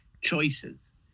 choices